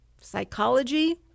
psychology